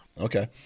okay